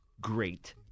great